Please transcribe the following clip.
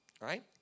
right